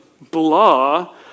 blah